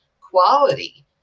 quality